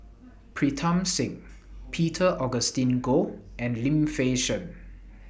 Pritam Singh Peter Augustine Goh and Lim Fei Shen